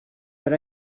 but